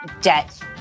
debt